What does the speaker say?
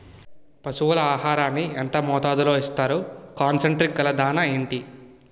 పశువుల ఆహారాన్ని యెంత మోతాదులో ఇస్తారు? కాన్సన్ ట్రీట్ గల దాణ ఏంటి?